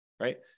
right